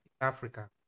africa